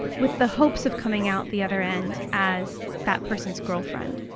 with the hopes of coming out the other end as that person's girlfriend.